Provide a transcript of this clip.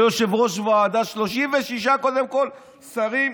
זה יושב-ראש ועדה, קודם כול, 36 שרים,